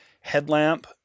headlamp